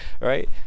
Right